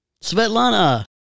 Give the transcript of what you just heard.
Svetlana